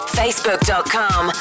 facebook.com